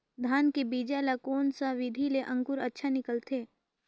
धान के बीजा ला कोन सा विधि ले अंकुर अच्छा निकलथे?